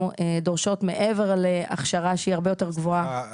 דורשות מעבר להכשרה שהיא הרבה יותר גבוהה --- סליחה,